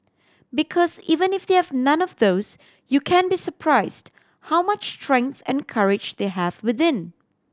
because even if they have none of those you can be surprised how much strength and courage they have within